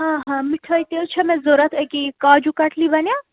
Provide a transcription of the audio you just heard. آ آ مِٹھٲے تہِ حظ چھےٚ مےٚ ضوٚرَتھ أکیٛاہ یہِ کاجوٗ کَٹلی بَنیہ